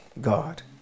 God